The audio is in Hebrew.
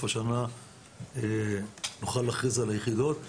השנה נוכל להכריז על היחידות כמבצעיות.